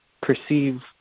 perceive